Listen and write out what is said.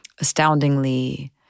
astoundingly